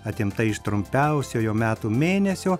atimta iš trumpiausiojo metų mėnesio